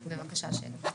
בבקשה, שלי.